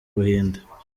buhinde